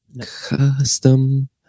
custom